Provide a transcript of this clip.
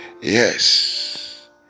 Yes